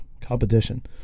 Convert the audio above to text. Competition